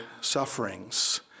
sufferings